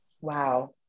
Wow